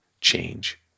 change